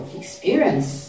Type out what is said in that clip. experience